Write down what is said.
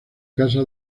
casa